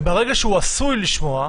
וברגע שהוא עשוי לשמוע,